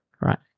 right